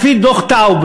לפי דוח טאוב,